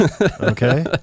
Okay